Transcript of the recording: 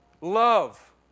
Love